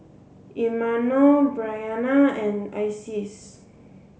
Imanol Bryanna and Isis